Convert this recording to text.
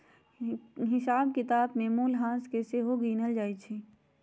हिसाब किताब में मूल्यह्रास के सेहो गिनल जाइ छइ